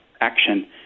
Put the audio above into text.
action